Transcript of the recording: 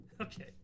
okay